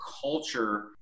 culture